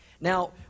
Now